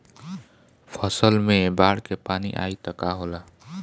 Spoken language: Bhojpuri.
फसल मे बाढ़ के पानी आई त का होला?